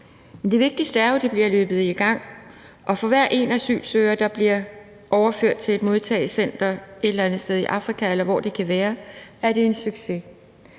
det vigtigste er jo, at det bliver løbet i gang, og for hver asylsøger, der bliver overført til et modtagecenter et eller andet sted i Afrika, eller hvor det kan være, er det en succes.